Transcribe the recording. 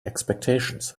expectations